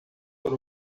por